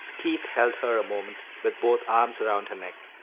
keith held her a moment, with both arms around her neck.